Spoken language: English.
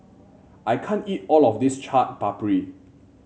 I can't eat all of this Chaat Papri